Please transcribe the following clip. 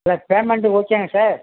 sir payment ஓகேங்க sir